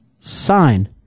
sign